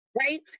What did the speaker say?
right